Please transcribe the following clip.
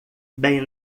bem